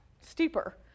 steeper